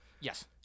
Yes